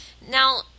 Now